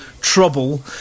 trouble